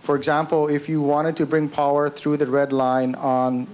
for example if you wanted to bring power through the red line on